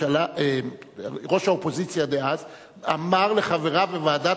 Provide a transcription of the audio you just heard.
ראש האופוזיציה דאז אמר לחבריו בוועדת